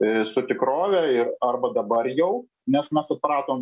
ir su tikrove ir arba dabar jau nes mes atpratom